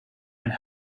and